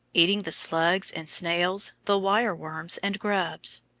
eating the slugs and snails, the wire-worms and grubs.